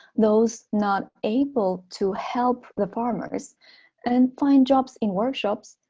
those not able to help the farmers and find jobs in workshops,